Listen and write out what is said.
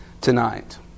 tonight